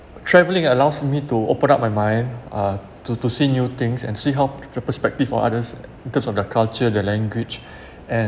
travelling allows me to open up my mind uh to to see new things and see how the perspective for others in terms of their culture their language and